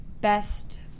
Best